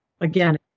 again